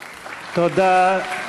(מחיאות כפיים) תודה.